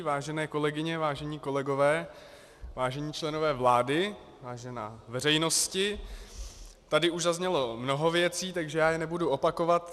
Vážené kolegyně, vážení kolegové, vážení členové vlády, vážená veřejnosti, tady už zaznělo mnoho věcí, takže já je nebudu opakovat.